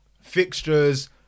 fixtures